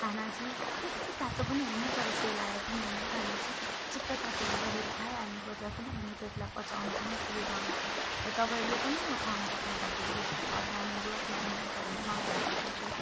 खाना चाहिँ बेसी तातो पनि होइन तर सेलाएर पनि होइन खाना चाहिँ ठिक्क तातो हुँदाखेरि खाइहाल्नुपर्छ किनभने किनभने पेटलाई पचाउन पनि सुविधा हुन्छ र तपाईँहरूले पनि यो खाना पकाउँदाखेरि ग्यासको सावधानीहरू अपनाउनुहुन्छ भन्ने म आशा गर्दछु